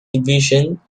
division